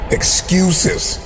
excuses